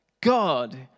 God